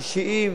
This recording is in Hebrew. אישיים,